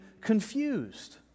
confused